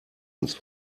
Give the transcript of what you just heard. ins